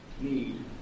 need